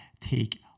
take